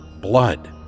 blood